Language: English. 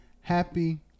happy